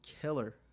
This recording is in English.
killer